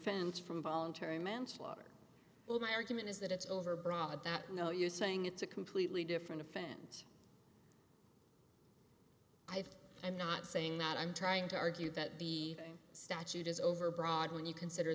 ense from voluntary manslaughter well my argument is that it's overbroad that you know you're saying it's a completely different offense i've i'm not saying that i'm trying to argue that the statute is overbroad when you consider